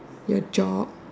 your job